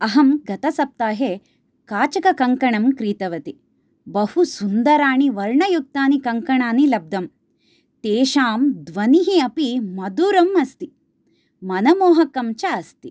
अहं गतसप्ताहे काचिककङ्कणं क्रीतवती बहुसुन्दराणि वर्णयुक्तानि कङ्कणनि लब्धं तेषां ध्वनिः अपि मधुरम् अस्ति मनमोहकं च अस्ति